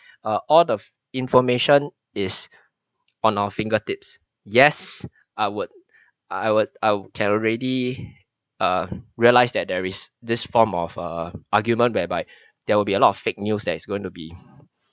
uh all the information is on our fingertips yes I would I would I'll can already uh realised that there is this form of a argument whereby there will be a lot of fake news that is going to be